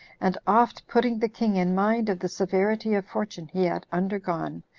and oft putting the king in mind of the severity of fortune he had undergone,